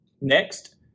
Next